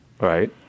Right